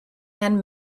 and